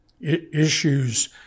issues